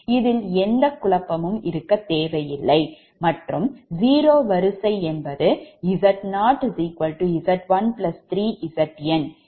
இதில் எந்த குழப்பமும் இருக்கத் தேவையில்லை மற்றும் zero வரிசை என்பது Z0 Z1 3Zn